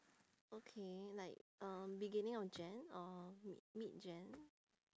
okay like um beginning of jan or mid mid jan